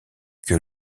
que